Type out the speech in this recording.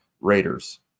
Raiders